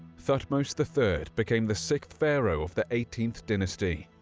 thutmose the third became the sixth pharaoh of the eighteenth dynasty,